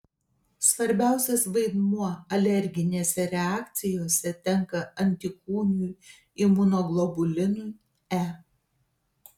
svarbiausias vaidmuo alerginėse reakcijose tenka antikūnui imunoglobulinui e